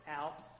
out